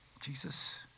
Jesus